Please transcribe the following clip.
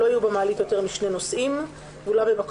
לא יהיו במעלית יותר משני נוסעים אלא אם כן הם אנשים הגרים באותו מקום,